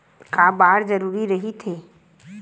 का बार जरूरी रहि थे?